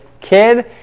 kid